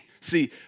See